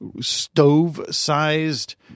stove-sized